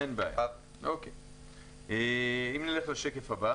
בשקף הבא